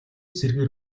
зэргээр